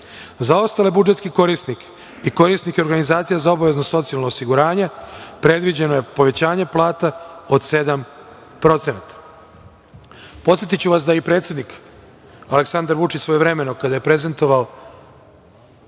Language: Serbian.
ostale budžetske korisnike i korisnike organizacija za obavezno socijalno osiguranje predviđeno je povećanje plata od 7%.Podsetiću vas da je i predsednik Aleksandar Vučić svojevremeno kada je prezentovao